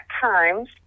times